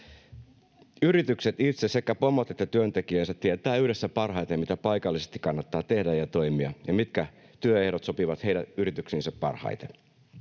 Yritykset itse, sekä pomot että työntekijät, tietävät yhdessä parhaiten, mitä paikallisesti kannattaa tehdä ja miten toimia ja mitkä työehdot sopivat heidän yrityksiinsä parhaiten.